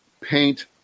paint